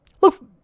look